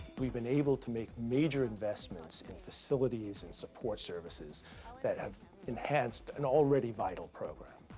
we've been able to make major investments in facilities and support services that have enhanced an already vital program.